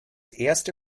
erste